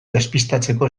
despistatzeko